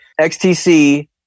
XTC